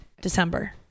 December